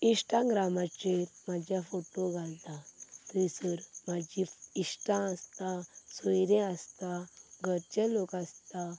इश्टाग्रामाचेर म्हाजे फोटो घालतां थंयसर म्हजी इश्टां आसातां सोयरे आसतां घरचें लोक आसातां